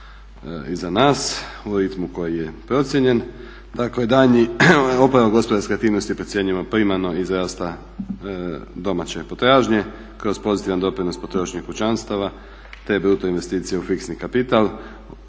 iza nas u ritmu koji je procijenjen. Dakle, daljnji oporavak gospodarske aktivnosti je procijenjen primarno iz rasta domaće potražnje kroz pozitivan doprinos potrošnje kućanstava, te bruto investicije u fiksni kapital.